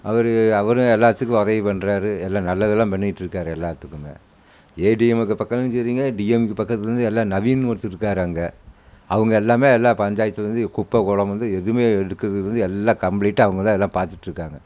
அவரு அவரும் எல்லாத்துக்கும் உதவி பண்ணுறாரு எல்லா நல்லது எல்லாம் பண்ணியிட்டுருக்காரு எல்லாத்துக்குமே ஏடிஎம்கே பக்கமும் சரிங்க டிஎம்கே பக்கத்துலேருந்து எல்லா நவீன்னு ஒருத்தர் இருக்காரு அங்கே அவங்க எல்லாமே எல்லா பஞ்சாயத்துலேருந்து குப்பை குளம் வந்து எதுவுமே எடுக்கிறது வந்து எல்லாம் கம்ப்ளீட்டாக அவங்க தான் எல்லாம் பார்த்துட்ருக்காங்க